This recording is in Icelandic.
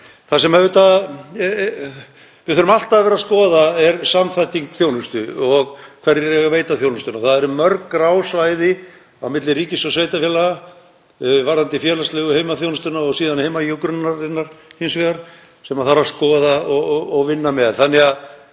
Það sem við þurfum alltaf að vera að skoða er samþætting þjónustu og hverjir veita þjónustuna. Það eru mörg grá svæði á milli ríkis og sveitarfélaga varðandi félagslegu heimaþjónustuna og heimahjúkrunina sem þarf að skoða og vinna með þannig